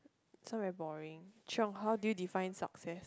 so very boring Cheong how do you define success